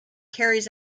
carries